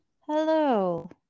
Hello